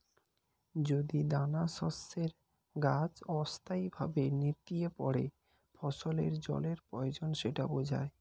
যদি দানাশস্যের গাছ অস্থায়ীভাবে নেতিয়ে পড়ে ফসলের জলের প্রয়োজন সেটা বোঝায়